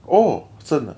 oh 真的 ah